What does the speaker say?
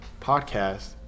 podcast